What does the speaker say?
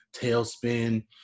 Tailspin